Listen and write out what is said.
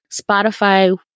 Spotify